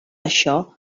això